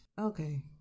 okay